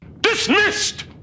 Dismissed